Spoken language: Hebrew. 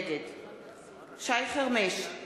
נגד שי חרמש,